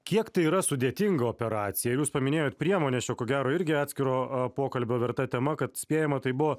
kiek tai yra sudėtinga operaciją jūs ir paminėjot priemonės jau ko gero irgi atskiro pokalbio verta tema kad spėjama tai buvo